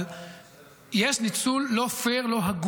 אבל יש ניצול לא פייר של המלחמה,